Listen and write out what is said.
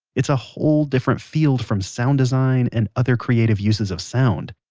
it's a whole different field from sound design, and other creative uses of sound.